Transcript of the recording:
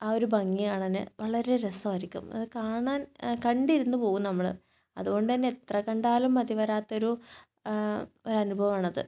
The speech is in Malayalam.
ആ ഒരു ഭംഗി കാണാൻ വളരെ രസമായിരിക്കും അത് കാണാൻ കണ്ടിരുന്നു പോകും നമ്മൾ അതുകൊണ്ട് തന്നെ എത്ര കണ്ടാലും മതിവരാത്ത ഒരു ഒരു അനുഭവമാണത്